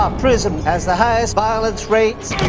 ah prison has the highest violence rates